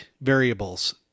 variables